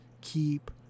keep